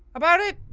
about it?